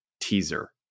teaser